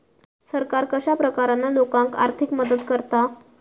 सरकार कश्या प्रकारान लोकांक आर्थिक मदत करता?